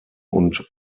und